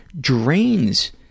Drains